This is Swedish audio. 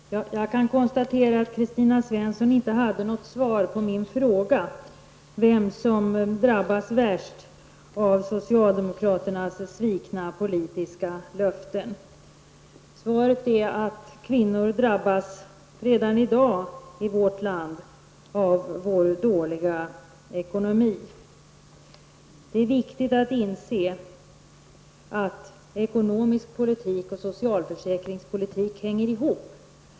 Herr talman! Jag kan konstatera att Kristina Svensson inte hade något svar på min fråga, nämligen vem som drabbas värst av socialdemokraternas svikna politiska löften. Svaret är att kvinnor i vårt land redan i dag drabbas av Sveriges dåliga ekonomi. Det är viktigt att inse att ekonomisk politik och socialförsäkringspolitik hänger ihop.